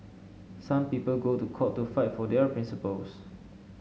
some people go to court to fight for their principles